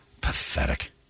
Pathetic